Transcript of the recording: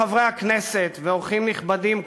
חברי הכנסת ואורחים נכבדים,